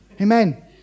Amen